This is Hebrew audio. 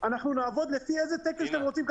אנחנו נעבוד לפי איזה תקן שאתם רוצים.